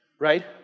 Right